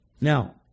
Now